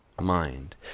mind